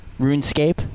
RuneScape